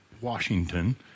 Washington